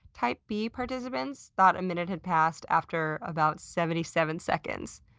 type b participants thought a minute had passed after about seventy seven seconds.